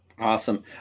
Awesome